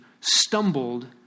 stumbled